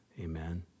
Amen